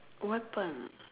weapon